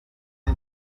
uwo